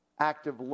active